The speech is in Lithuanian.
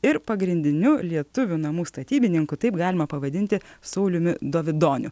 ir pagrindiniu lietuvių namų statybininku taip galima pavadinti sauliumi dovidoniu